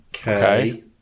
Okay